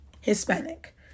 Hispanic